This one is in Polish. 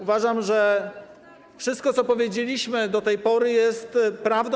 Uważam, że wszystko, co powiedzieliśmy do tej pory, jest prawdą.